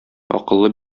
акыллы